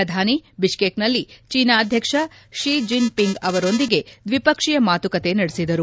ಪ್ರಧಾನಿ ಅವರು ಬಿಷ್ಣೇಕ್ನಲ್ಲಿ ಚೀನಾ ಅಧ್ಯಕ್ಷ ಷಿ ಜಿನ್ಪಿಂಗ್ ಅವರೊಂದಿಗೆ ದ್ವಿಪಕ್ಷೀಯ ಮಾತುಕತೆ ನಡೆಸಿದರು